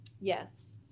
yes